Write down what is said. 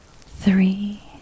three